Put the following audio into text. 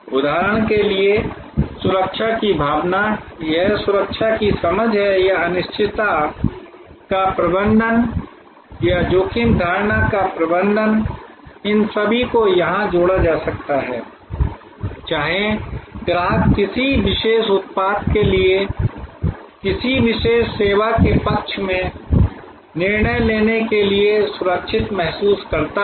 उदाहरण के लिए सुरक्षा की भावना यह सुरक्षा की समझ है या अनिश्चितता का प्रबंधन या जोखिम धारणा का प्रबंधन इन सभी को यहां जोड़ा जा सकता है चाहे ग्राहक किसी विशेष उत्पाद के लिए किसी विशेष सेवा के पक्ष में निर्णय लेने के लिए सुरक्षित महसूस करता हो